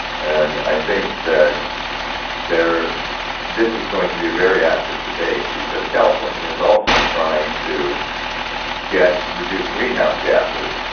and i think that there this is going to be a very active debate because california is also trying to get reduce greenhouse gases.